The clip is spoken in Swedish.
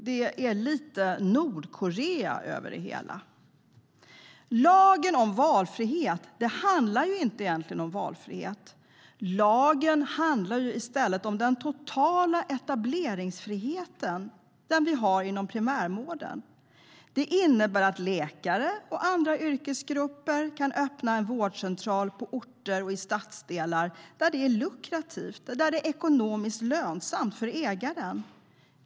Det är lite Nordkorea över det hela. Lagen om valfrihet handlar egentligen inte om valfrihet. I stället handlar den om den totala etableringsfriheten som finns inom primärvården. Det innebär att läkare och andra yrkesgrupper kan öppna en vårdcentral på orter och i stadsdelar där det är lukrativt och ekonomiskt lönsamt för ägaren.